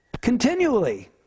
continually